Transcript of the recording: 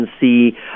see